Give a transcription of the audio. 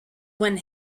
when